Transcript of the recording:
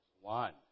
one